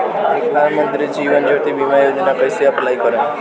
प्रधानमंत्री जीवन ज्योति बीमा योजना कैसे अप्लाई करेम?